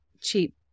cheap